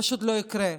פשוט לא יקרה,